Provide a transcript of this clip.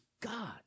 God